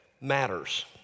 matters